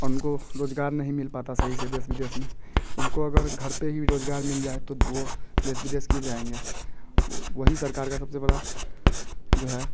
उनका रोजगार नहीं मिल पाता सही से देश विदेश में उनको अगर घर पे ही रोजगार मिल जाए तो वो देश विदेश क्यों जाएंँगे वहीं सरकार का सबसे बड़ा जो है